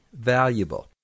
valuable